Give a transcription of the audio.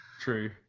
True